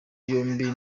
yombi